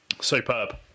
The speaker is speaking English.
superb